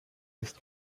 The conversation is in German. ist